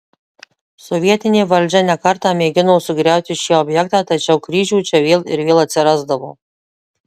sovietinė valdžia ne kartą mėgino sugriauti šį objektą tačiau kryžių čia vėl ir vėl atsirasdavo